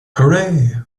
hooray